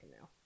now